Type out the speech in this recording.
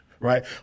Right